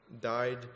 died